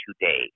today